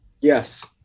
yes